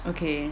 okay